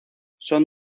son